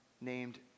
named